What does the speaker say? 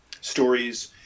stories